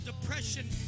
depression